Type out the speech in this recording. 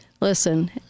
Listen